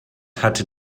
hatte